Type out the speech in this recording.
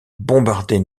bombarder